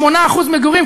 8% מגורים,